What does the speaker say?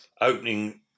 opening